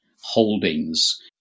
holdings